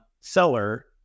seller